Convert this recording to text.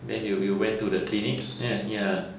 then you you went to the clinic eh ya